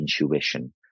intuition